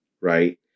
right